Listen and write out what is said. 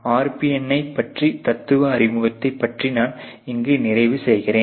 RPN யை பற்றிய தத்துவ அறிமுகத்தை பற்றி நான் இங்கு நிறைவு செய்கிறேன்